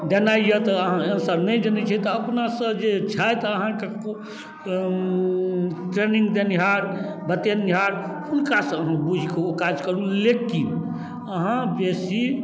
देनाए तऽ अहाँ आन्सर नहि जनै छिए तऽ अपनासँ जे छथि अहाँके ट्रेनिङ्ग देनिहार बतेनिहार हुनकासँ अहाँ बुझिके अहाँ ओ काज करू लेकिन अहाँ बेसी